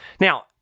Now